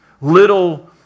Little